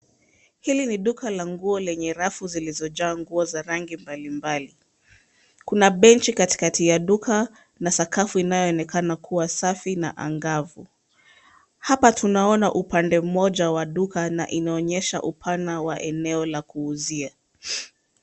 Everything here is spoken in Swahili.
Hili ni duka la nguo lenye rafu zilizojaa nguo za rangi mbalimbali. Kuna bench katikati ya duka na sakafu inayoonekana kuwa safi na angavu. Hapa tunaona upande mmoja wa duka na inaonyesha upana wa eneo la kuuzia.